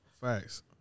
facts